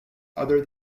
other